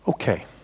Okay